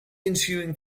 ensuing